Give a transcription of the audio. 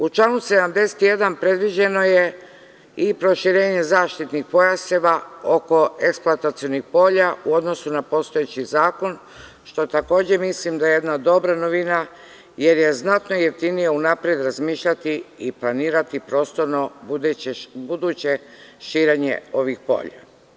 U članu 71. predviđeno je i proširenje zaštitnih pojaseva oko eksploatacionih polja u odnosu na postojeći zakon što takođe mislim da je jedna dobra novina jer je znatno jeftinije unapred razmišljati i planirati buduće prostorno širenje ovih polja.